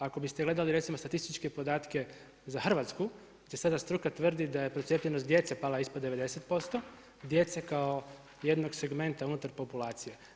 Ako biste gledali statističke podatke za Hrvatsku, gdje sada struka tvrdi da je cijepljenost djece pala ispod 90%, djece kao jednog segmenta unutar populacije.